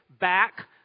back